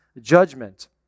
judgment